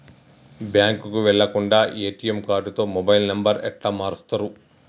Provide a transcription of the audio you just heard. బ్యాంకుకి వెళ్లకుండా ఎ.టి.ఎమ్ కార్డుతో మొబైల్ నంబర్ ఎట్ల మారుస్తరు?